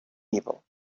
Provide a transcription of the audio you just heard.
evil